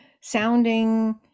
sounding